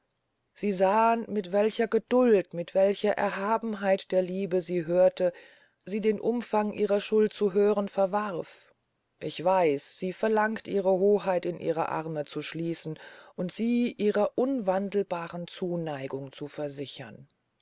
sie sahen mit wie sanfter geduld mit welcher erhabenheit der liebe sie hörte sie den umfang ihrer schuld zu hören verwarf ich weiß sie verlangt ihre hoheit in ihre arme zu schließen und sie ihrer unwandelbaren zuneigung zu versichern